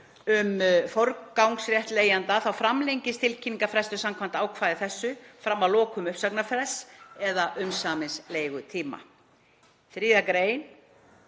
um forgangsrétt leigjanda framlengist tilkynningarfrestur samkvæmt ákvæði þessu fram að lokum uppsagnarfrests eða umsamins leigutíma. 3. gr.